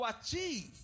achieve